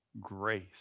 grace